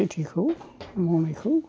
खेथिखौ मावनायखौ